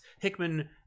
Hickman